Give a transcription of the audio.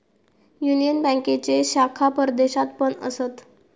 union बँकेचे शाखा परदेशात पण असत